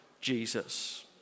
Jesus